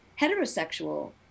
heterosexual